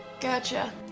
Gotcha